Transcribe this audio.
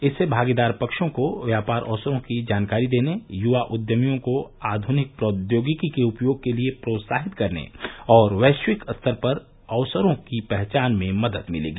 इससे भागीदार पक्षों को व्यापार अवसरों की जानकारी देने युवा उद्यमियों को आधुनिक प्रौद्योगिकी के उपयोग के लिए प्रोत्साहित करने और वैशिक स्तर पर अवसरों की पहचान में मदद मिलेगी